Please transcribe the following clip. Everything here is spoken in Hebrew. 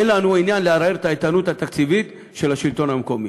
אין לנו עניין לערער את ההתייעלות התקציבית של השלטון המקומי.